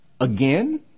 Again